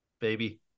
baby